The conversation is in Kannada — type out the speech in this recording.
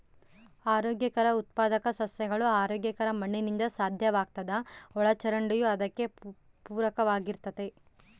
ಆರೋಗ್ಯಕರ ಉತ್ಪಾದಕ ಸಸ್ಯಗಳು ಆರೋಗ್ಯಕರ ಮಣ್ಣಿನಿಂದ ಸಾಧ್ಯವಾಗ್ತದ ಒಳಚರಂಡಿಯೂ ಅದಕ್ಕೆ ಪೂರಕವಾಗಿರ್ತತೆ